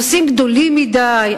הנושאים גדולים מדי,